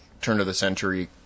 turn-of-the-century